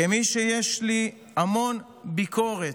כמי שיש לו המון ביקורת,